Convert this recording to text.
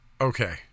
Okay